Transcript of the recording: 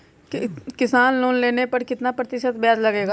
किसान लोन लेने पर कितना प्रतिशत ब्याज लगेगा?